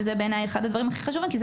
זה בעיניי אחד הדברים הכי חשובים כי זה